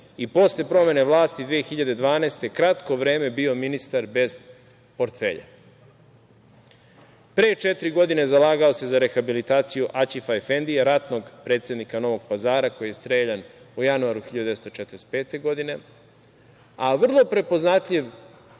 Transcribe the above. i posle promene vlasti 2012. godine kratko vreme bio ministar bez portfelja. Pre četiri godine zalagao se za rehabilitaciju Aćifa-efendije ratnog predsednika Novog Pazar koji je streljan u januaru 1945. godine, a vrlo prepoznatljiv